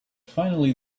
finally